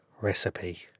recipe